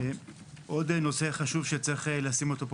עוד נושא חשוב שצריך לשים אותו פה